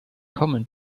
common